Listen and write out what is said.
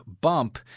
bump